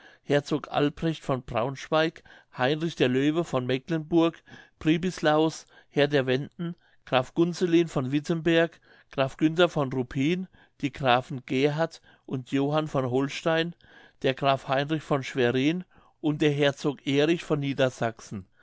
herzog albrecht von braunschweig heinrich der löwe von mecklenburg pribislaus herr der wenden graf gunzelin von wittenberg graf günther von ruppin die grafen gerhard und johann von holstein der graf heinrich von schwerin und der herzog erich von niedersachsen